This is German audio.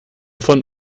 von